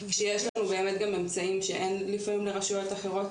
שיש לנו באמת גם אמצעים שאין לפעמים לרשויות אחרות,